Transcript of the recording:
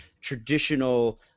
traditional